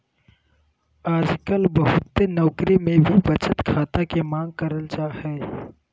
आजकल बहुते नौकरी मे भी बचत खाता के मांग करल जा हय